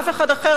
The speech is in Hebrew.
אף אחד אחר,